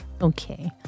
Okay